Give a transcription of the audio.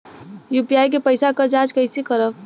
UPI के पैसा क जांच कइसे करब?